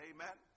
Amen